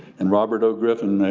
and robert o. griffin,